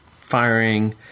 firing